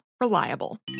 Reliable